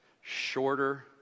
Shorter